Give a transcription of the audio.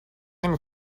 نمی